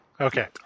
Okay